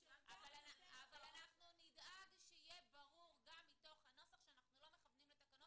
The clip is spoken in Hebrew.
אבל אנחנו נדאג שיהיה ברור גם מתוך הנוסח שאנחנו לא מכוונים לתקנות,